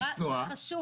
חשוב